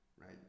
right